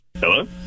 Hello